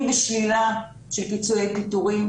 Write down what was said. אם זו שלילה של פיצויי פיטורים,